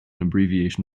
abbreviation